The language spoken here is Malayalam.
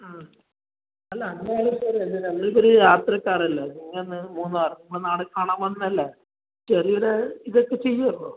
ആ അല്ല അന്ന് അയാൾ ശരി നമ്മൾ ഇപ്പോൾ ഒരു യാത്രക്കാർ അല്ലേ പിന്നെ ഒന്ന് മൂന്നാർ നമ്മളെ നാട് കാണാൻ വന്നതല്ലേ ചെറിയ ഒര് ഇത് ഒക്കെ ചെയ്യോ അപ്പോൾ